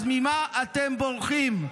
אז ממה אתם בורחים?